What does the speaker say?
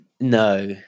No